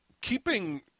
Keeping